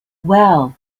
well